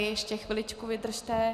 Ještě chviličku vydržte.